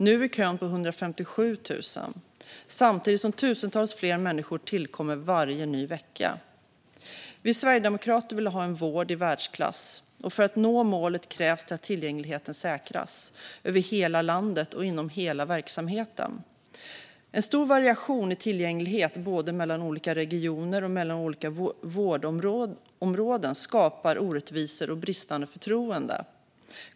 Nu är kön på 157 000 personer, samtidigt som tusentals fler människor tillkommer varje ny vecka. Vi sverigedemokrater vill ha en vård i världsklass. För att nå detta mål krävs att tillgängligheten säkras över hela landet och inom hela verksamheten. En stor variation i tillgänglighet, både mellan olika regioner och mellan olika vårdområden, skapar orättvisor och bristande förtroende.